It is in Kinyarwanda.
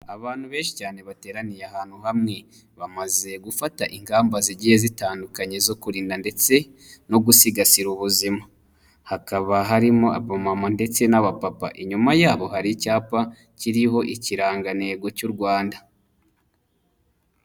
Abantu benshi cyane bateraniye ahantu hamwe, bamaze gufata ingamba zigiye zitandukanye zo kurinda ndetse no gusigasira ubuzima, hakaba harimo abamama ndetse n'abapapa. Inyuma yabo hari icyapa kiriho ikirangantego cy'u Rwanda.